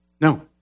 no